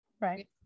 right